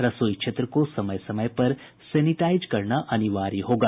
रसोई क्षेत्र को समय समय पर सेनिटाइज करना अनिवार्य होगा